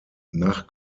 nach